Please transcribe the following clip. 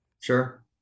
Sure